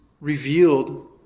revealed